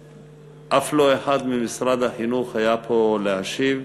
ואף לא אחד ממשרד החינוך היה פה כדי להשיב.